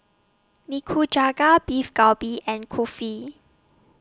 Nikujaga Beef Galbi and Kulfi